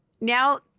now